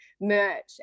merch